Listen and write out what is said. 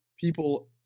people